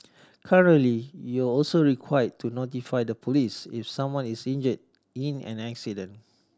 currently you're also required to notify the police if someone is injured in an accident